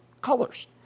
colors